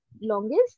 longest